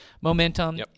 Momentum